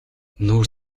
нүүр